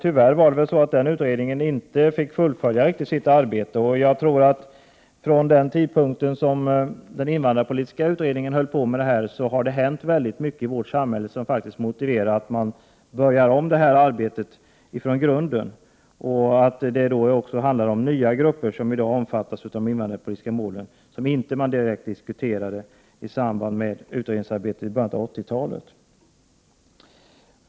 Tyvärr fick den utredningen inte fullfölja sitt arbete. Sedan utredningen avslutade sitt arbete har det hänt väldigt mycket i vårt samhälle som motiverar att man börjar om med detta arbete från grunden. I dag omfattas nya grupper av de invandrarpolitiska målen, som inte direkt diskuterades i samband med utredningen i början av 80-talet.